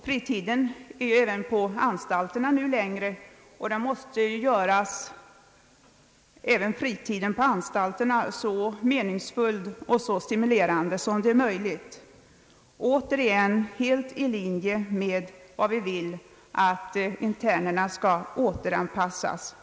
Fritiden är nu längre även på anstalterna och den måste göras så meningsfylld och stimulerande som det är möjligt, återigen helt i linje med att vi vill att internerna skall återanpassas.